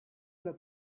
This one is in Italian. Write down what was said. alla